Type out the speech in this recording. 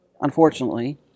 unfortunately